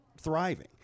thriving